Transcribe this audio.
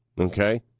Okay